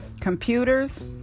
Computers